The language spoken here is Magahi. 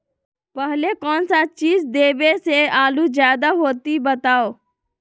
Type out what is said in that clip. पहले कौन सा चीज देबे से आलू ज्यादा होती बताऊं?